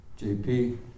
JP